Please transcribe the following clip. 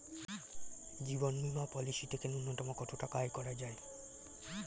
জীবন বীমা পলিসি থেকে ন্যূনতম কত টাকা আয় করা যায়?